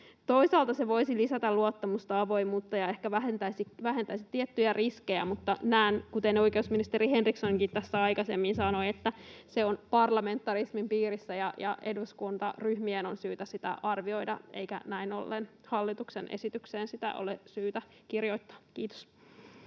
Toisaalta se voisi lisätä luottamusta, avoimuutta ja ehkä vähentäisi tiettyjä riskejä, mutta näen, kuten oikeusministeri Henrikssonkin tässä aikaisemmin sanoi, että se on parlamentarismin piirissä ja eduskuntaryhmien on syytä sitä arvioida eikä sitä näin ollen ole syytä kirjoittaa